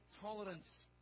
tolerance